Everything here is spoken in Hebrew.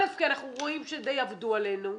אל"ף, כי אנחנו רואים שדי עבדו עלינו,